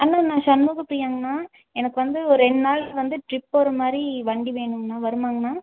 அண்ணா நான் சண்முகப் பிரியாங்கண்ணா எனக்கு வந்து ஒரு ரெண்டு நாள் வந்து ட்ரிப் போகிற மாதிரி வண்டி வேணும்ங்கண்ணா வருமாங்கண்ணா